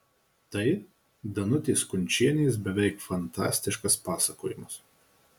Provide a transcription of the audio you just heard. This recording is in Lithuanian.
tai danutės kunčienės beveik fantastiškas pasakojimas